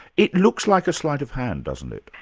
it looks like a sleight of hand, doesn't it?